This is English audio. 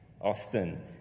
Austin